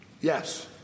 Yes